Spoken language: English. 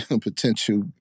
potential